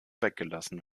weggelassen